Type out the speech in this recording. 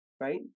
right